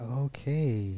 okay